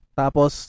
tapos